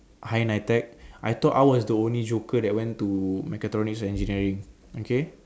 higher nitec I thought I was the only joker that went to mechatronic engineering okay